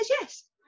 Yes